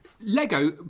Lego